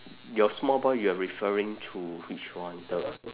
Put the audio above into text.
your small boy you are referring to which one the